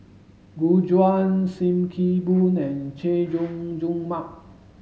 Gu Juan Sim Kee Boon and Chay Jung Jun Mark